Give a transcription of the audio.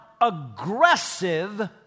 aggressive